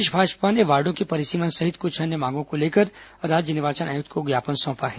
प्रदेश भाजपा ने वार्डों के परिसीमन सहित कुछ अन्य मांगों को लेकर राज्य निर्वाचन आयुक्त को ज्ञापन सौंपा है